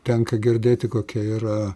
tenka girdėti kokia yra